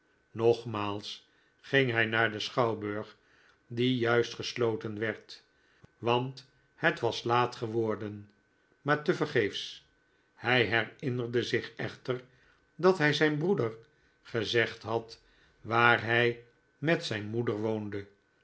nogmaals ging hij naar den schouwburg die juist gesloten werd want het was laat geworden maar tevergeefs hij herinnerde zich echter dat hij zyn broeder gezegd had waar hij met zyn moeder woonde